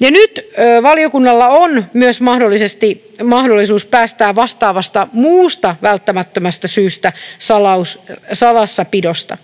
ja nyt valiokunnalla on myös mahdollisuus päättää vastaavasta muusta välttämättömästä syystä salassapidosta.